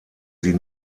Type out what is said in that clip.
sie